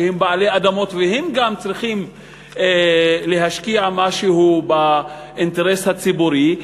שהם בעלי אדמות והם גם צריכים להשקיע משהו באינטרס הציבורי,